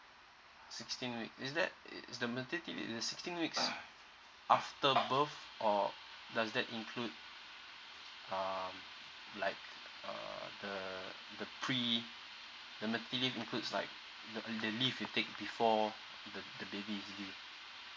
sixteen week is that it's the maternity delay is the sixteen weeks after birth or does that include um like err the pre the maternity leave includes like the the leave you take before the the baby is due